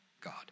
God